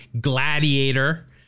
Gladiator